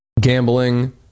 gambling